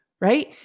right